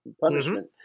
punishment